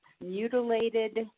mutilated